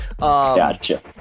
gotcha